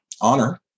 honor